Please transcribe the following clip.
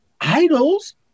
idols